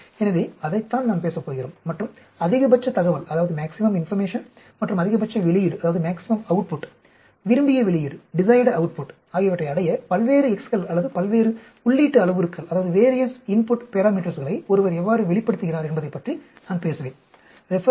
எனவே அதைத்தான் நாம் பேசப் போகிறோம் மற்றும் அதிகபட்ச தகவல் மற்றும் அதிகபட்ச வெளியீட்டை விரும்பிய வெளியீட்டை அடைய பல்வேறு x கள் அல்லது பல்வேறு உள்ளீட்டு அளவுருக்களை ஒருவர் எவ்வாறு வேறுபடுத்துகிறார் என்பதைப் பற்றி நான் பேசுவேன்